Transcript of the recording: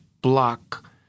block